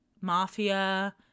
mafia